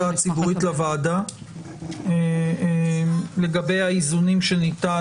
הציבורית לוועדה לגבי האיזונים שניתן,